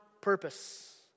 purpose